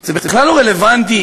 זה בכלל לא רלוונטי,